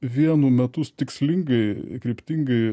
vienu metu tikslingai kryptingai